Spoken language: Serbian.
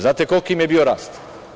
Znate koliki im je bio rast?